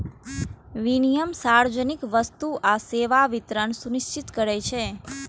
विनियम सार्वजनिक वस्तु आ सेवाक वितरण सुनिश्चित करै छै